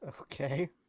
Okay